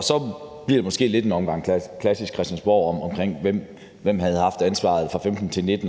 Så bliver det måske til lidt af en omgang klassisk christiansborgsnak om, hvem der har haft ansvaret fra